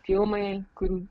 filmai kurių